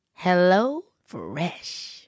HelloFresh